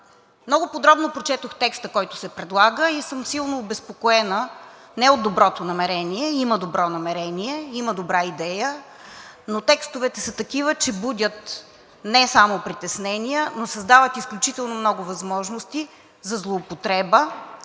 Много подробно прочетох текста, който се предлага, и съм силно обезпокоена не от доброто намерение – има добро намерение, има добра идея, но текстовете са такива, че будят не само притеснения, но създават изключително много възможности за злоупотреба